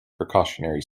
precautionary